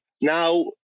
now